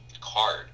card